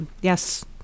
yes